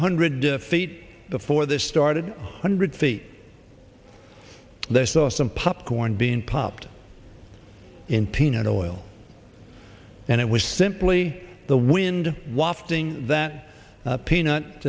hundred defeat before this started hundred feet they saw some popcorn being popped in peanut oil and it was simply the wind wafting that peanut